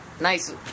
Nice